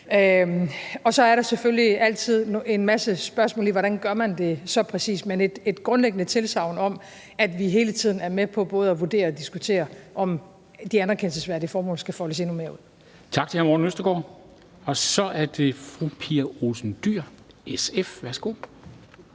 Så er der selvfølgelig altid en masse spørgsmål om, hvordan man gør det præcis. Men jeg vil gerne give et grundlæggende tilsagn om, at vi hele tiden er med på både at vurdere og diskutere, om de anerkendelsesværdige formål skal foldes endnu mere ud. Kl. 13:32 Formanden (Henrik Dam Kristensen): Tak til hr. Morten Østergaard. Så er det fru Pia Olsen Dyhr, SF. Værsgo.